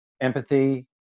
empathy